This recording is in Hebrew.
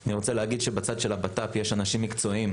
אני רוצה להגיד שבצד של הבט"פ יש אנשים מקצועיים,